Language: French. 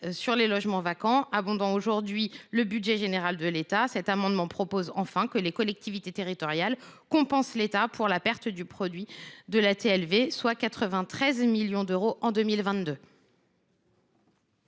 sur les logements vacants abondant aujourd’hui le budget général de l’État, il est enfin proposé que les collectivités territoriales compensent l’État pour la perte du produit de la TLV, soit 93 millions d’euros en 2022.